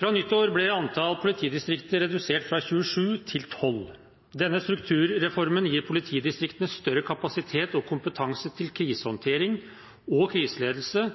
Fra nyttår ble antallet politidistrikter redusert fra 27 til 12. Denne strukturreformen gir politidistriktene større kapasitet og kompetanse til krisehåndtering og kriseledelse